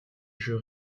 jeux